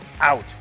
out